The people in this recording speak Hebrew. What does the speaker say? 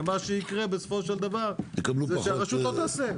ומה שיקרה זה שבסופו של דבר הרשות לא תעשה,